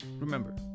Remember